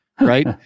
Right